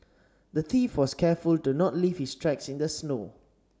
the thief was careful to not leave his tracks in the snow